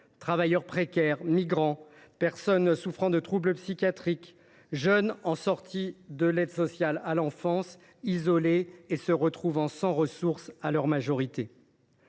travailleurs précaires, migrants, personnes souffrant de troubles psychiatriques, jeunes en sortie de l’aide sociale à l’enfance (ASE), isolés et se retrouvant sans ressources à leur majorité.